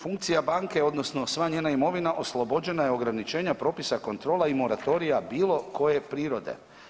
Funkcija banke, odnosno sva njena imovina oslobođena je ograničenja propisa kontrola i moratorija bilo koje prirode.